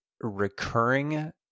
recurring